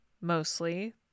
mostly